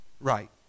Right